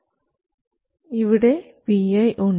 അതിനാൽ ഇവിടെ vi ഉണ്ട്